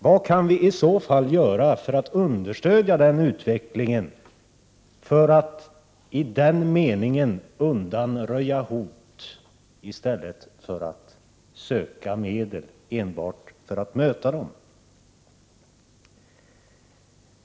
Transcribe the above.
Vad kan vi i så fall göra för att understödja den utvecklingen och för att undanröja hot i stället för att söka medel enbart för att möta dem?